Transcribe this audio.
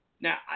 Now